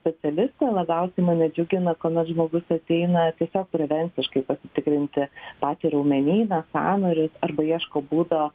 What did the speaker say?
specialistė labiausiai mane džiugina kuomet žmogus ateina tiesiog prevenciškai pasitikrinti patį raumenyną sąnarius arba ieško būdo